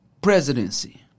presidency